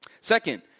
Second